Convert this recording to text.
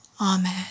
amen